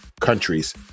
countries